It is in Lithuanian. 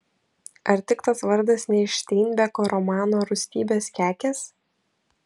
ar tik tas vardas ne iš steinbeko romano rūstybės kekės